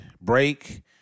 Break